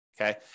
Okay